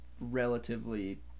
relatively